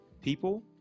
people